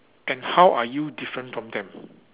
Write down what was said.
and how are you different from them